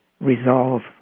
resolve